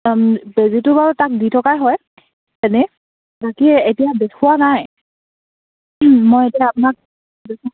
বেজীটো বাৰু তাক দি থকাই হয় এনেই বাকী এতিয়া দেখুওৱা নাই মই এতিয়া আপোনাক